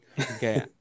okay